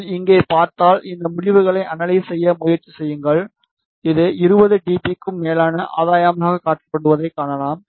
நீங்கள் இங்கே பார்த்தால் இந்த முடிவுகளை அனலைஸ் செய்ய முயற்சி செய்யுங்கள் இது 20 டி பி க்கு மேலான ஆதாயமாகக் காட்டப்படுவதைக் காணலாம்